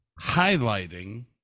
highlighting